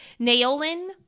Naolin